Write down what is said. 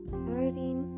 thirteen